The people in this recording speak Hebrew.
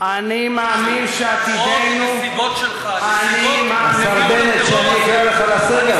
מרוב הנסיבות שלך, השר בנט, שאני אקרא אותך לסדר?